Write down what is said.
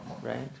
right